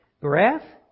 breath